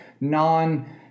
non